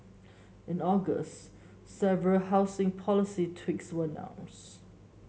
in August several housing policy tweaks were announced